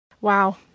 Wow